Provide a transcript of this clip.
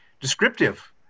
descriptive